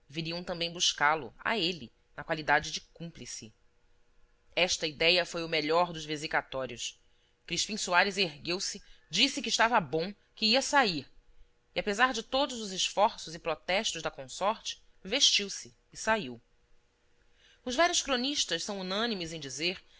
também buscá-lo a ele na qualidade de cúmplice esta idéia foi o melhor dos vesicatórios crispim soares ergueu-se disse que estava bom que ia sair e apesar de todos os esforços e protestos da consorte vestiu-se e saiu os velhos cronistas são unânimes em dizer